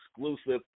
exclusive